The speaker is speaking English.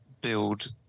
build